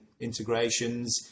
integrations